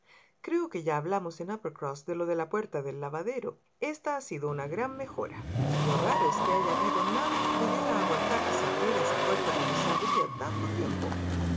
creo que ya hablamos en uppercross de lo de la puerta del lavadero esta ha sido una gran mejora lo raro es que haya habido nadie que pudiera aguantar que se abriera esa puerta como se abría tanto tiempo